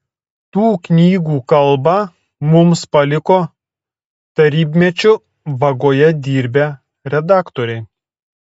tų knygų kalbą mums paliko tarybmečiu vagoje dirbę redaktoriai